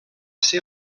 ser